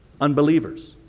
unbelievers